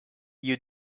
you